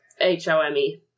H-O-M-E